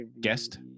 guest